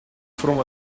from